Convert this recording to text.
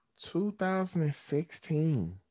2016